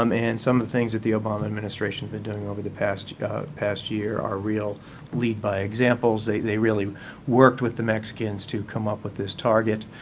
um and some of the things that the obama administration's been doing over the past past year are real lead-by-examples. they really worked with the mexicans to come up with this target,